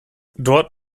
dort